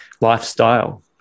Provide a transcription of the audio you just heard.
lifestyle